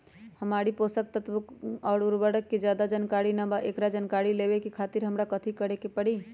हमरा पोषक तत्व और उर्वरक के ज्यादा जानकारी ना बा एकरा जानकारी लेवे के खातिर हमरा कथी करे के पड़ी?